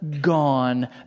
gone